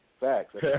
Facts